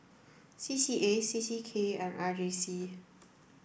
C C A C C K and R J C